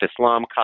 Islam